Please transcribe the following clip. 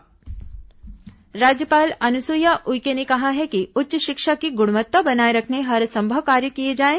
राज्यपाल उच्च शिक्षा राज्यपाल अनुसुईया उइके ने कहा है कि उच्च शिक्षा की गृणवत्ता बनाए रखने हरसंभव कार्य किए जाएं